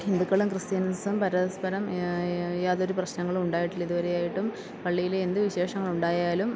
ഹിന്ദുക്കളും ക്രിസ്ത്യന്സും പരസ്പരം യാ യാതൊരു പ്രശ്നങ്ങളും ഉണ്ടായിട്ടില്ല ഇതു വരെയായിട്ടും പള്ളിയിലെ എന്തു വിശേഷങ്ങളുണ്ടായാലും